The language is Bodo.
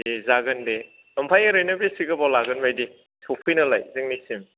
दे जागोन दे ओमफ्राय ओरैनो बेसे गोबाव लागोन बायदि सफैनोलाय जोंनिसिम